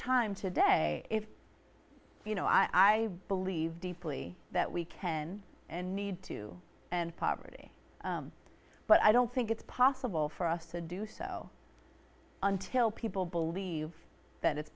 time today if you know i believe deeply that we can and need to end poverty but i don't think it's possible for us to do so until people believe that it's